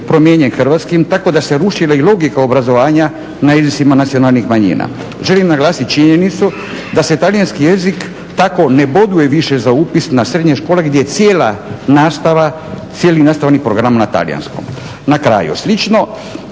hrvatskim tako da se rušila i logika obrazovanja na jezicima nacionalnih manjina. Želim naglasiti činjenicu da se talijanski jezik tako ne boduje više za upis na srednje škole gdje cijela nastava, cijeli nastavni program na talijanskom. Na kraju, slično